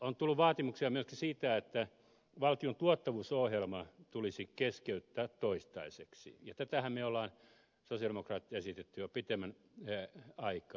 on tullut vaatimuksia myöskin siitä että valtion tuottavuusohjelma tulisi keskeyttää toistaiseksi ja tätähän me sosialidemokraatit olemme esittäneet jo pitemmän aikaa